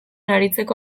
aritzeko